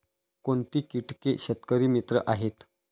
कोणती किटके शेतकरी मित्र आहेत?